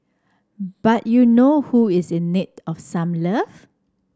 but you know who is in need of some love